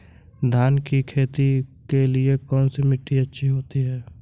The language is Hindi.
धान की खेती के लिए कौनसी मिट्टी अच्छी होती है?